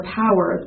power